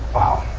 wow!